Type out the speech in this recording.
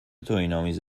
توهینآمیز